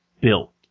built